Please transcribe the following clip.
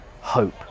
hope